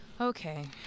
Okay